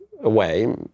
away